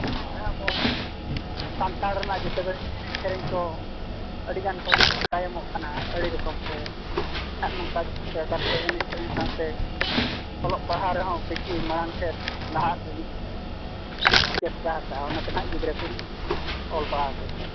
ᱚᱸ ᱚᱱᱟ ᱫᱚ ᱥᱟᱱᱛᱟᱲ ᱨᱮᱱᱟᱜ ᱡᱮᱛᱮ ᱮᱱᱮᱡ ᱥᱮᱨᱮᱧ ᱠᱚ ᱟᱹᱰᱤ ᱜᱟᱱ ᱦᱚᱲ ᱠᱚ ᱛᱟᱭᱚᱢᱚᱜ ᱠᱟᱱᱟ ᱟᱹᱰᱤ ᱨᱚᱠᱚᱢ ᱛᱮ ᱥᱮ ᱮᱱᱮᱡ ᱥᱮᱨᱮᱧ ᱥᱟᱶᱛᱮ ᱚᱞᱚᱜ ᱯᱟᱲᱦᱟᱣ ᱨᱮᱦᱚᱸ ᱠᱤᱪᱷᱩ ᱢᱟᱲᱟᱝ ᱥᱮᱫ ᱞᱟᱦᱟᱜ ᱞᱟᱹᱜᱤᱫ ᱪᱮᱥᱴᱟ ᱟᱠᱟᱜᱼᱟ ᱚᱱᱟᱛᱮᱱᱟᱦᱟᱜ ᱜᱤᱫᱽᱨᱟᱹ ᱠᱚᱧ ᱚᱞ ᱯᱟᱲᱦᱟᱣ ᱚᱪᱚᱭᱮᱫ ᱠᱚᱣᱟ